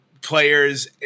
players